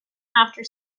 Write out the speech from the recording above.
after